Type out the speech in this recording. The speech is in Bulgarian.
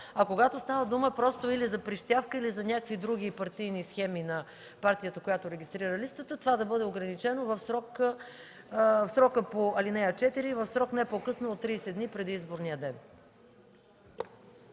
Когато става дума за прищявка или за някакви други партийни схеми на партията, която регистрира листата, това да бъде ограничено в срока по ал. 4 – в срок не по-късно от 30 дни преди изборния ден.